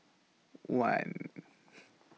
one